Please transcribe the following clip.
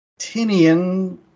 Tinian